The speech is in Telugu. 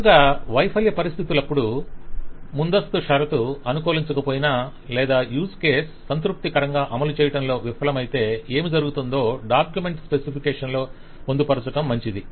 తరచుగా వైఫల్య పరిస్థితులప్పుడు ముందస్తు షరతు అనుకూలించకపోయినా లేదా యూజ్ కేస్ సంతృప్తికరంగా అమలు చేయడంలో విఫలమైతే ఏమి జరుగుతుందో డాక్యుమెంట్ స్పెసిఫికేషన్ లో పొందుపరచటం మంచిది